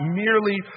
merely